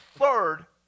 third